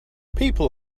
people